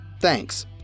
Thanks